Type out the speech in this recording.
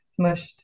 smushed